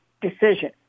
decision